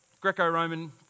Greco-Roman